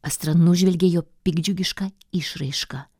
astra nužvelgė jo piktdžiugišką išraišką